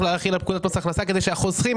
להחיל על פקודת מס הכנסה כדי שהחוסכים,